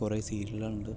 കുറേ സീരിയലുകൾ ഉണ്ട്